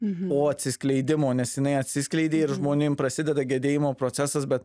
po atsiskleidimo nes jinai atsiskleidė ir žmonėm prasideda gedėjimo procesas bet